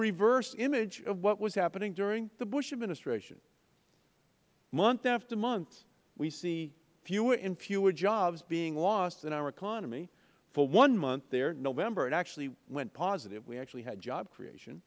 reverse image of what was happening during the bush administration month after month we see fewer and fewer jobs being lost in our economy for one month there november it actually went positive we actually had job creation